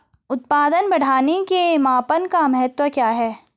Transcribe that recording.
उत्पादन बढ़ाने के मापन का महत्व क्या है?